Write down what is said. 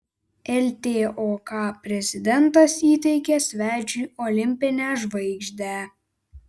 ltok prezidentas įteikė svečiui olimpinę žvaigždę